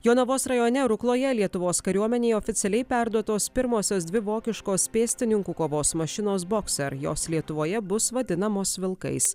jonavos rajone rukloje lietuvos kariuomenei oficialiai perduotos pirmosios dvi vokiškos pėstininkų kovos mašinos bokser jos lietuvoje bus vadinamos vilkais